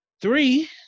Three